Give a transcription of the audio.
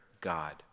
God